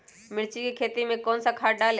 मिर्च की खेती में कौन सा खाद डालें?